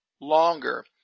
longer